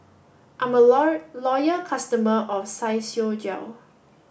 I'm a loyal customer of Physiogel